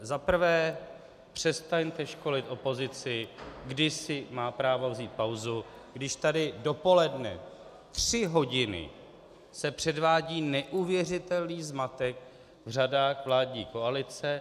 Za prvé přestaňte školit opozici, kdy si má právo vzít pauzu, když tady dopoledne tři hodiny se předvádí neuvěřitelný zmatek v řadách vládní koalice.